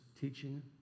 teaching